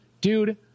dude